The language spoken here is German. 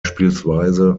bspw